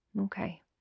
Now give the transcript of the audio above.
Okay